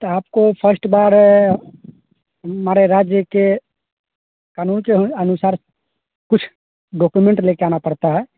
तो आपको फर्स्ट बार हमारे राज्य के कानून के अनु अनुसार कुछ डॉक्यूमेंट लेकर आना पड़ता है